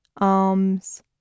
arms